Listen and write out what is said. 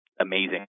amazing